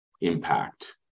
impact